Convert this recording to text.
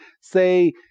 say